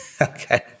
Okay